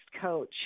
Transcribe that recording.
coach